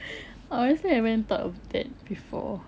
honestly I haven't thought of that before